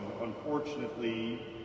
Unfortunately